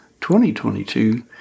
2022